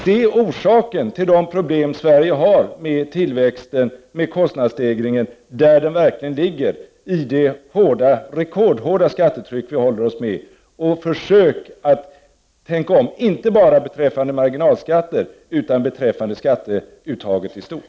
Se orsaken till de problem Sverige har med tillväxten, med kostnadsstegringen, där den verkligen ligger, i det rekordhårda skattetryck vi håller oss med, och försök att tänka om, inte bara beträffande marginalskatter utan beträffande skatteuttaget i stort!